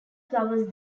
flowers